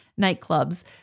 nightclubs